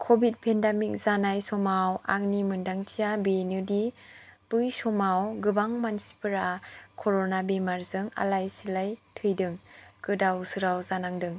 Covid pandemic जानाय समाव आंनि मोनदांथिया बेनोदि बै समाव गोबां मानसिफोरा कर'ना बेरामजों आलाय सिलाय थैदों गोदाव सोराव जानांदों